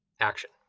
action